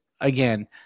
again